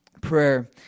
prayer